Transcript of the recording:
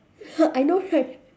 I know right